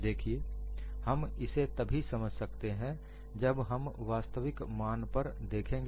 देखिए हम इसे तभी समझ सकते हैं जब हम वास्तविक मान पर देखेंगे